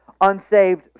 unsaved